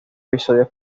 episodios